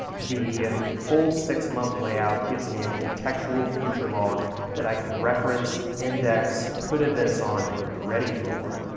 the full six month layout gives me a contextual future log that i can reference, index, put events on, and be ready for.